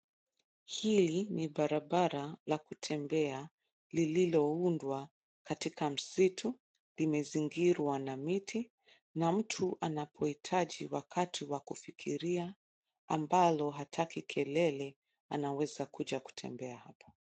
Hili ni barabara la kutembea lililoundwa katika msitu. Limezingirwa na miti, na mtu anapohitaji wakati wa kufikiria, ambalo hataki kelele anaweza kuja kutembea.